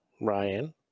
Ryan